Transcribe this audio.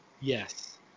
Yes